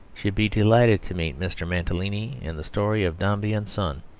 should be delighted to meet mr. mantalini in the story of dombey and son.